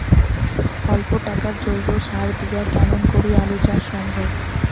অল্প টাকার জৈব সার দিয়া কেমন করি আলু চাষ সম্ভব?